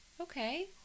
Okay